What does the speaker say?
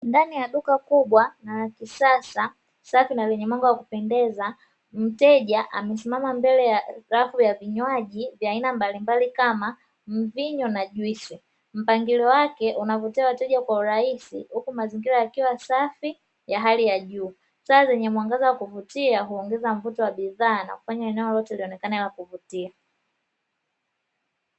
Ndani ya duka kubwa na la kisasa safi na venye mwanga wa kupendeza mteja amesimama mbele ya rafu ya vinywaji vya aina mbalimbali kama mvinyo na juisi, mpangilo wake unavutia wateja kwa urahisi huku mazingira yakiwa safi ya hali ya juu, taa zenye mwangaza wa kuvutia huongeza mvuto wa bidhaa na kufanya eneo lote lionekane la kuvutia.